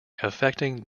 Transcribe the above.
affecting